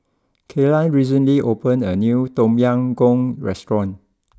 Kaylan recently opened a new Tom Yam Goong restaurant